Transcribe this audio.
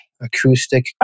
Acoustic